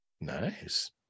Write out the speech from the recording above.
Nice